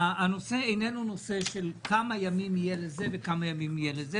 הנושא איננו נושא של כמה ימים יהיה לזה וכמה ימים יהיה לזה,